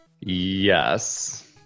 Yes